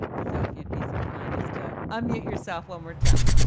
so if you'd be so kind as to unmute yourself one more time.